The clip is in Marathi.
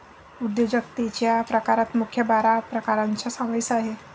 उद्योजकतेच्या प्रकारात मुख्य बारा प्रकारांचा समावेश आहे